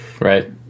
Right